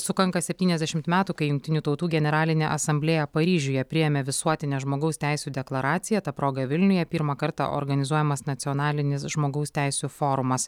sukanka septyniasdešimt metų kai jungtinių tautų generalinė asamblėja paryžiuje priėmė visuotinę žmogaus teisių deklaraciją ta proga vilniuje pirmą kartą organizuojamas nacionalinis žmogaus teisių forumas